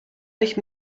nicht